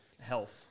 health